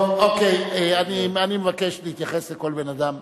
טוב, אוקיי, אני מבקש להתייחס לכל בן-אדם,